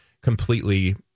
completely